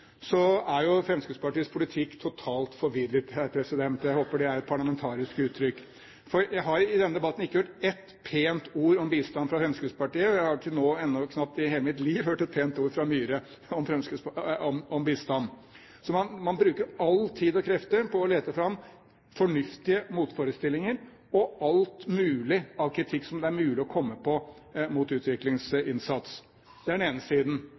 er jo totalt forvirret – jeg håper det er et parlamentarisk uttrykk – for jeg har i denne debatten ikke hørt ett pent ord om bistand fra Fremskrittspartiet, og jeg har til nå – i hele mitt liv – knapt hørt ett pent ord fra representanten Myhre om bistand. På den ene siden bruker man all tid og alle krefter på å lete fram fornuftige motforestillinger og all kritikk som det er mulig å komme på, mot utviklingsinnsats. Det er den ene siden.